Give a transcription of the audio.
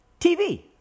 TV